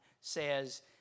says